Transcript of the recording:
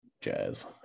jazz